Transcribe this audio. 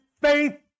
faith